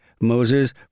Moses